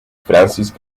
francis